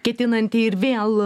ketinanti ir vėl